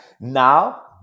now